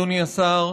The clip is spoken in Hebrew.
אדוני השר,